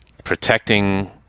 protecting